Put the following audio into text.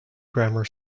grammar